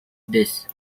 this